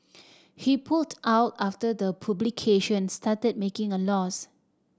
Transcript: he pulled out after the publication started making a loss